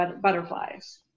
butterflies